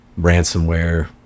ransomware